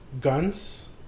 Guns